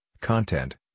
content